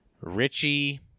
Richie